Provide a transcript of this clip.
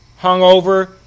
hungover